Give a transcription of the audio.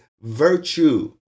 virtue